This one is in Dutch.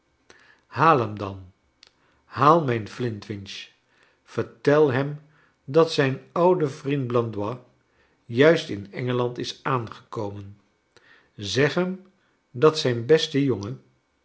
haal hem dan haal mijn flintwinch vertel hem dat zijn oude vriend bland ois juist in engeland is aangekomen zeg hem dat zijn beste jongen